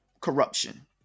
corruption